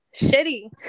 Shitty